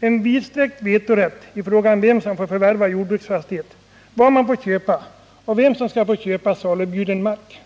en vidsträckt vetorätt i fråga om vem som får förvärva jordbruksfastighet, vad man får köpa och vem som skall få köpa salubjuden mark.